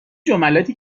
جملاتی